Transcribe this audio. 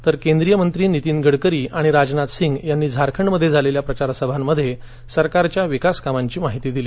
तर केंद्रिय मंत्री नितीन गडकरी आणि राजनाथ सिंग यांनी झारखंडमध्ये झालेल्या प्रचारसभांमध्ये सरकारच्या विकासकामांची माहिती दिली